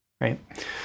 right